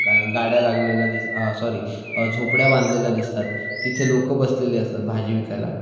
गाड्या लागलेल्या दिस सॉरी झोपड्या बांधलेल्या दिसतात तिथे लोकं बसलेले असतात भाजी विकायला